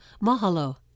Mahalo